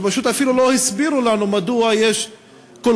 שפשוט אפילו לא הסבירו לנו מדוע יש צורך